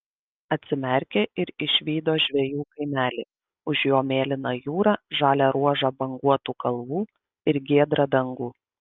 atsimerkė ir išvydo žvejų kaimelį už jo mėlyną jūrą žalią ruožą banguotų kalvų ir giedrą dangų